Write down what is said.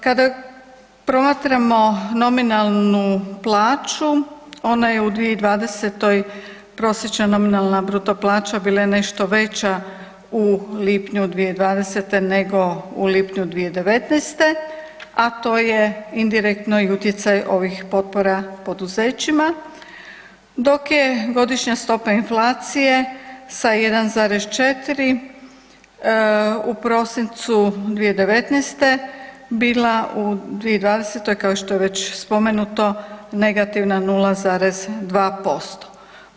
Kada promatramo nominalnu plaću ona je u 2020. prosječna nominalna bruto plaća bila je nešto veća u lipnju 2020. nego u lipnju 2019., a to je indirektno i utjecaj ovih potpora poduzećima dok je godišnja stopa inflacije sa 1,4 u prosincu 2019. bila u 2020. kao što je već spomenuto negativna 0,2%